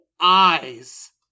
eyes